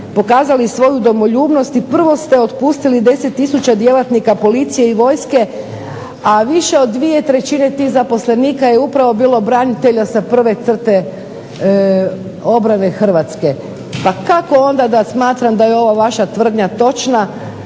pokazali svoju domoljubnost i prvo ste otpustili 10000 djelatnika policije i vojske, a više od dvije trećine tih zaposlenika je upravo bilo branitelja sa prve crte obrane Hrvatske. Pa kako onda da smatram da je ova vaša tvrdnja točna